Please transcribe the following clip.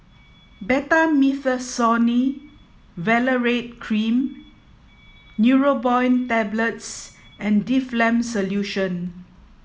Betamethasone Valerate Cream Neurobion Tablets and Difflam Solution